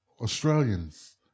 Australians